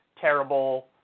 terrible